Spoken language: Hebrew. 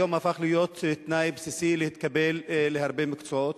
היום זה הפך להיות תנאי בסיסי להתקבל להרבה מקצועות,